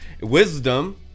wisdom